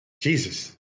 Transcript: Jesus